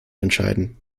entscheiden